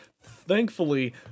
Thankfully